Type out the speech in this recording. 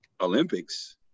Olympics